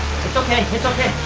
okay, it's okay,